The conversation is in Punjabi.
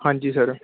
ਹਾਂਜੀ ਸਰ